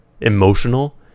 emotional